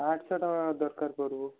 ଆଠଶହ ଟଙ୍କା ଦରକାର ପଡ଼ିବ